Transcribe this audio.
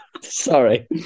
Sorry